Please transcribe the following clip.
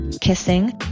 kissing